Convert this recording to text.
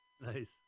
Nice